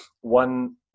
one